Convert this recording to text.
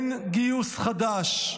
אין גיוס חדש.